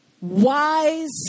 wise